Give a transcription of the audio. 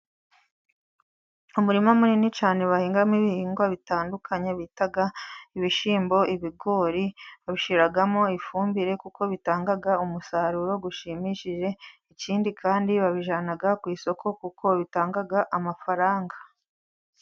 Umurima munini cyane bahingamo ibihingwa bitandukanye, bita ibishyimbo, ibigori. Babishyiramo ifumbire kuko bitanga umusaruro ushimishije. Ikindi kandi babijyana ku isoko kuko bitangaga amafaranga.